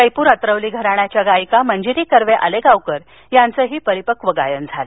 जयपूर अत्रोली घराण्याच्या गायिका मंजिरी कर्वे अलेगांवकर यांचही परिपक्व गायन झालं